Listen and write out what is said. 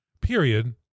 period